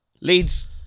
Leeds